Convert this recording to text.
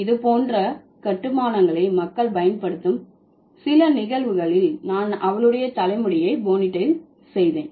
இது போன்ற கட்டுமானங்களை மக்கள் பயன்படுத்தும் சில நிகழ்வுகளில் நான் அவளுடைய தலைமுடியை போனிடெயில் செய்தேன்